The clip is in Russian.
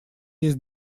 есть